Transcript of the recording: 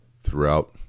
throughout